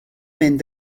mynd